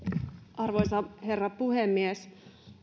arvoisa herra puhemies